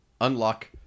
unlock